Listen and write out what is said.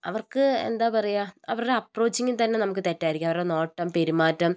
അവർക്ക് എന്താ പറയ അവരുടെ അപ്പ്രോച്ചിങ്ങിത്തന്നെ തെറ്റായിരിക്കും അവരുടെ നോട്ടം പെരുമാറ്റം